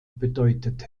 bedeutet